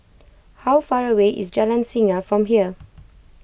how far away is Jalan Singa from here